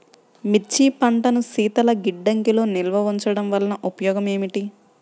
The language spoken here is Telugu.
మిర్చి పంటను శీతల గిడ్డంగిలో నిల్వ ఉంచటం వలన ఉపయోగం ఏమిటి?